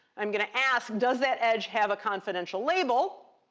i'm going to ask, does that edge have a confidential label?